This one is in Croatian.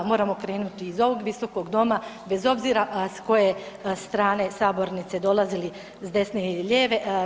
Moramo krenuti iz ovog visokog doma bez obzira s koje strane sabornice dolazili s desne ili lijeve.